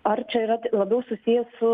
ar čia yra labiau susiję su